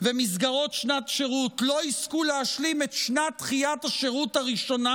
ומסגרות שנת שירות לא יזכו להשלים את שנת דחיית השירות הראשונה,